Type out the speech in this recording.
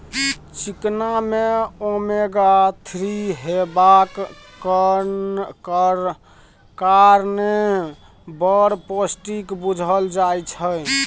चिकना मे omega three हेबाक कारणेँ बड़ पौष्टिक बुझल जाइ छै